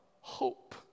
hope